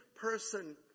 person